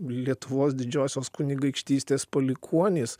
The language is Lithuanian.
lietuvos didžiosios kunigaikštystės palikuonys